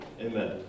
Amen